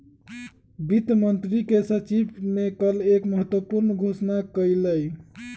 वित्त मंत्री के सचिव ने कल एक महत्वपूर्ण घोषणा कइलय